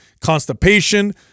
constipation